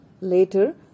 Later